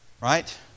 Right